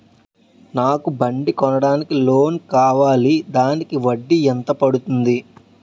నాకు బండి కొనడానికి లోన్ కావాలిదానికి వడ్డీ ఎంత పడుతుంది?